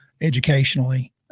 educationally